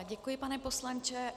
Děkuji, pane poslanče.